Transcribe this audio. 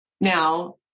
now